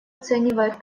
оценивает